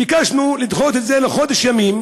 ביקשנו לדחות את זה לחודש ימים,